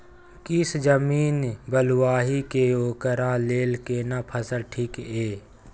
किछ जमीन बलुआही ये ओकरा लेल केना फसल ठीक ये?